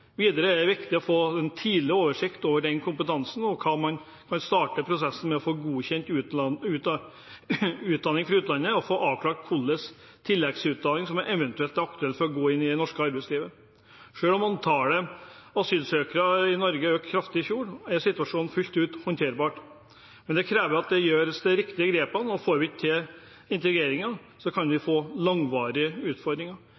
Videre er det viktig å få tidlig oversikt over den kompetansen, og at man kan starte prosessen med å få godkjent utdanning fra utlandet og få avklart hva slags tilleggsutdanning som eventuelt er aktuell for å gå inn i det norske arbeidslivet. Selv om antallet asylsøkere i Norge økte kraftig i fjor, er situasjonen fullt ut håndterbar, men det kreves at en gjør de riktige grepene. Får vi ikke til integreringen, kan vi få langvarige utfordringer.